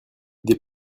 des